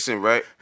right